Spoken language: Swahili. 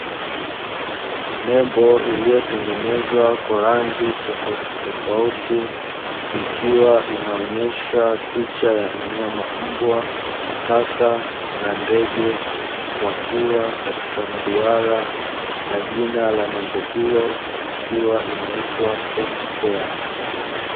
Nembo iliyotengenezwa kwa rangi tofautitofauti ikiwa inaonesha picha mnyama mbwa, paka na ndege wakiwa katika mduara na jina la nembo hiyo ikiwa inaitwa " pet care ".